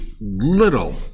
little